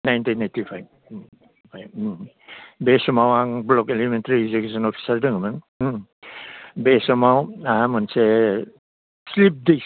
nineteen eighty five बे समाव आं ब्लक एलिमिन्ट्रि इडुकेसन अफिसार दोङोमोन बे समाव आंहा मोनसे स्लिप डिस्क